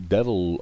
Devil